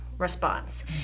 response